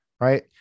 Right